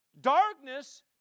Darkness